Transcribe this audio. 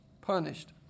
Punished